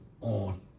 on